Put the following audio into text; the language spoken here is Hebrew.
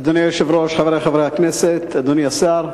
אדוני היושב-ראש, חברי חברי הכנסת, אדוני השר,